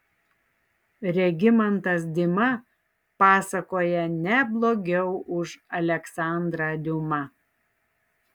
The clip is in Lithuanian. regimantas dima pasakoja ne blogiau už aleksandrą diuma